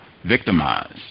victimized